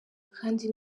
kandi